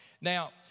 Now